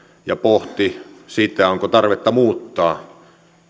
ja pohti sitä onko tarvetta muuttaa